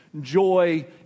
joy